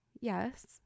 yes